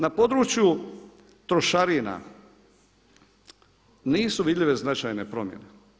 Na području trošarina nisu vidljive značajne promjene.